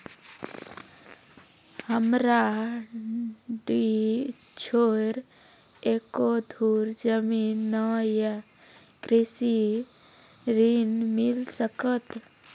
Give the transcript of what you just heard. हमरा डीह छोर एको धुर जमीन न या कृषि ऋण मिल सकत?